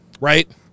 right